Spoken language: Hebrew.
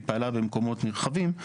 והיא פעלה במקומות נרחבים,